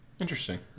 interesting